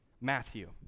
Matthew